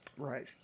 Right